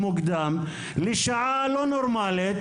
המשחק הוקדם לשעה לא נורמלית.